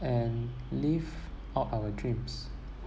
and live out our dreams